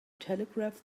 telegraph